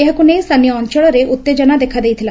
ଏହାକୁ ନେଇ ସ୍ରାନୀୟ ଅଞ୍ଞଳରେ ଉତ୍ତେକନା ଦେଖାଦେଇଥିଲା